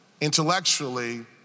intellectually